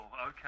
okay